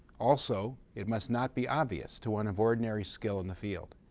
also, it must not be obvious to one of ordinary skill in the field.